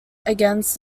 against